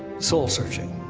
soul-searching.